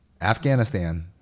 afghanistan